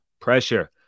pressure